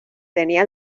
tenía